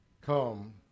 come